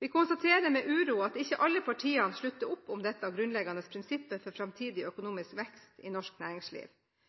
Vi konstaterer med uro at ikke alle partiene slutter opp om dette grunnleggende prinsippet for framtidig økonomisk vekst i norsk næringsliv.